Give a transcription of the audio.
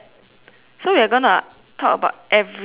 so we're going to talk about every single thing is it